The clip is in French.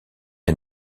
est